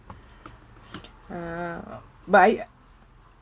uh but I